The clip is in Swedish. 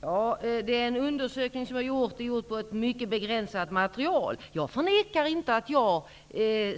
Fru talman! Den undersökning som har gjorts bygger på ett mycket begränsat material. Jag förnekar inte att jag